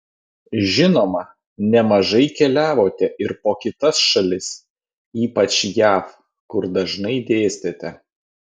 žinoma nemažai keliavote ir po kitas šalis ypač jav kur dažnai dėstėte